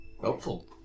Helpful